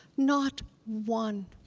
not one.